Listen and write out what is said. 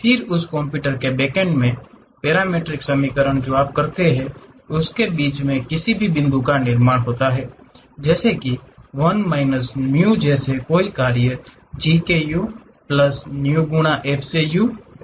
फिर उस कंप्यूटर के बेकेंड में पैरामीट्रिक समीकरण जो आप करता है उसके बीच में किसी भी बिंदु का निर्माण होता है जैसे कि 1 माइनस न्यू जैसे कई कार्य G के U प्लस न्यू गुणा F से U से करते हैं